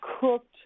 cooked